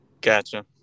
Gotcha